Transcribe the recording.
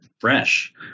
fresh